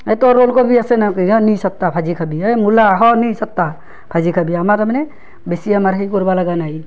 এ তোৰ ওলকবি আছে না কি হাঁ নি চাট্টা ভাজি খাবি এই মূলা স নি চাট্টা ভাজি খাবি আমাৰ তাৰমানে বেছি আমাৰ সেই কৰবা লাগা নাই